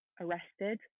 arrested